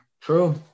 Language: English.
True